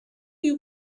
you